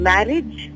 Marriage